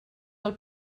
del